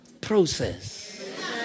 Process